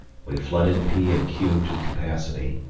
we flooded p and q to capacity,